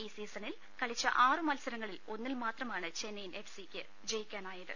ഈ സീസണിൽ കളിച്ച ആറു മത്സരങ്ങളിൽ ഒന്നിൽ മാത്രമാണ് ചെന്നെയിൻ എഫ്സി ക്ക് ജയിക്കാനായത്